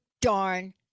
darn